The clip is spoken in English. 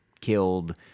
killed